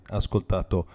ascoltato